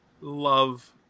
love